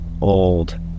old